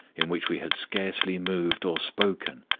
in which we had scarcely moved or spoken,